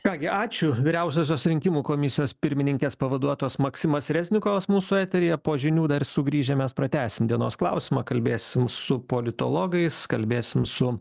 ką gi ačiū vyriausiosios rinkimų komisijos pirmininkės pavaduotojas maksimas reznikovas mūsų eteryje po žinių dar sugrįžę mes pratęsim dienos klausimą kalbėsim su politologais kalbėsim su